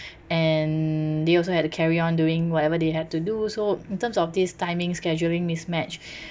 and they also have to carry on doing whatever they have to do so in terms of this timing scheduling mismatch